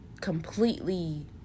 completely